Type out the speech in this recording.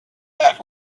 act